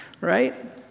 right